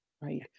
right